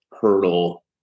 hurdle